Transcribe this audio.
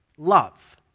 Love